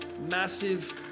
massive